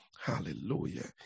Hallelujah